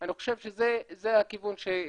אני חושב שזה הכיוון שדיברת.